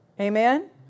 amen